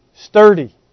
Sturdy